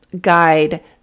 guide